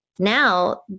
Now